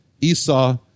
Esau